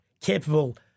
capable